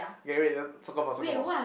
okay wait the soccer ball soccer ball